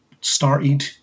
started